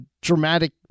dramatic